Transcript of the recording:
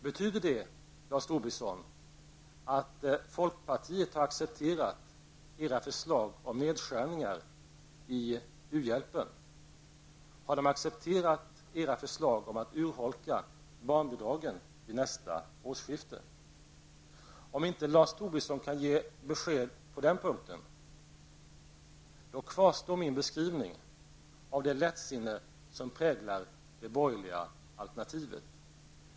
Betyder det, Lars Tobisson, att folkpartiet har accepterat era förslag om nedskärningar i u-hjälpen? Har folkpartiet accepterat era förslag om att urholka barnbidragen vid nästa årsskifte? Om inte Lars Tobisson kan ge besked på den punkten, kvarstår min beskrivning av det lättsinne som präglar det borgerliga alternativet.